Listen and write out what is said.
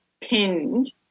pinned